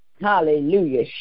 Hallelujah